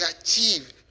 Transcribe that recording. achieve